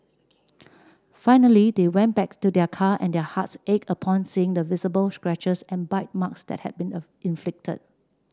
finally they went back to their car and their hearts ached upon seeing the visible scratches and bite marks that had been inflicted